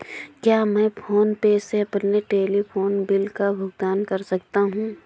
क्या मैं PhonePe से अपने टेलीफोन बिल का भुगतान कर सकता हूँ?